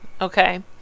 Okay